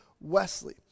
Wesley